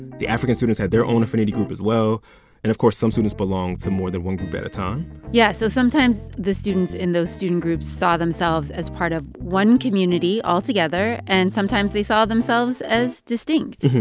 the african students had their own affinity group, as well. and of course, some students belonged to more than one thing at a time yeah. so sometimes the students in those student groups saw themselves as part of one community altogether, and sometimes they saw themselves as distinct.